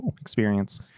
experience